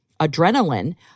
adrenaline